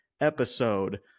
episode